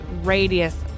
radius